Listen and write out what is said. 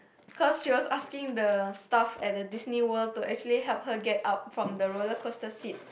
cause she was asking the staff at the Disney World to actually help her get up from the roller coster seat